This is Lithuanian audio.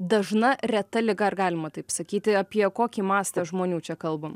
dažna reta liga ar galima taip sakyti apie kokį mastą žmonių čia kalbam